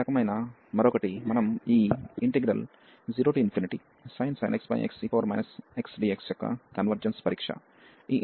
ఈ రకమైన మరొకటి మనం ఈ 0sin x xe xdxయొక్క కన్వర్జెన్స్ పరీక్ష ఈ ఇంటిగ్రల్ కు ఇక్కడ చూపించవచ్చు